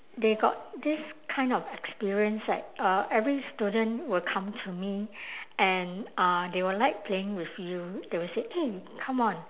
they got this kind of experience like uh every student will come to me and uh they will like playing with you they will say eh come on